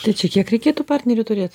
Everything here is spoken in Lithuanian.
tai čia kiek reikėtų partnerių turėt